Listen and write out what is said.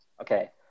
Okay